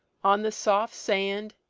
on the soft sand,